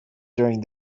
during